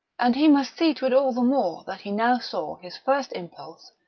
and he must see to it all the more that he now saw his first impulse,